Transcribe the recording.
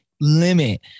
limit